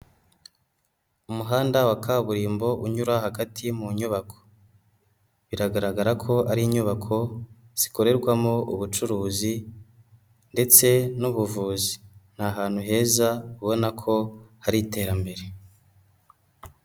Umuhanda wa kaburimbo unyura hagati mu nyubako, biragaragara ko ari inyubako zikorerwamo ubucuruzi ndetse n'ubuvuzi, ni hantu heza ubona ko hari iterambere.